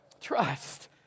trust